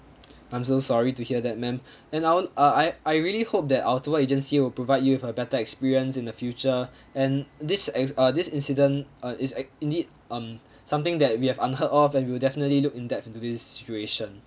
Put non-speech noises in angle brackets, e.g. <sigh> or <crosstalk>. <breath> I'm so sorry to hear that ma'am <breath> and I'll I I I really hope that our tour agency will provide you with a better experience in the future <breath> and this ex~ uh this incident uh is in~ indeed um <breath> something that we have unheard of and we'll definitely look in depth into this situation